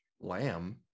lamb